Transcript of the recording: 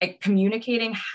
communicating